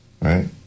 right